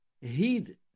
heed